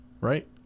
right